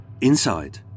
Inside